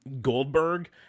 Goldberg